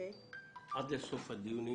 עד לסוף הדיונים